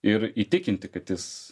ir įtikinti kad jis